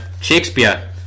Shakespeare